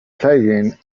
playing